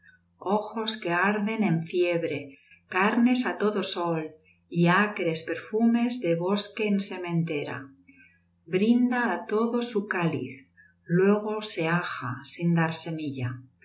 ojos que arden en fiebre carnes á todo sol y acres perfumes de bosque en sementera brinda á todos su cáliz luego se aja sin dar semilla